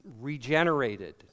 regenerated